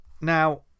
Now